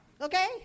okay